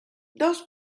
dos